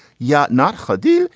yeah. not hadia.